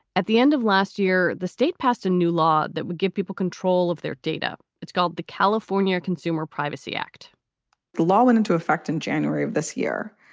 at the end of last year, the state passed a new law that would give people control of their data. it's called the california consumer privacy act the law went into effect in january of this year.